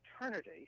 eternity